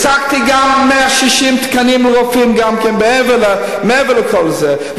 השגתי גם 160 תקנים לרופאים מעבר לכל זה,